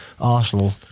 Arsenal